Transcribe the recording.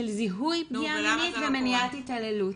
של זיהוי פגיעה מינית ומניעת התעללות.